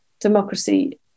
Democracy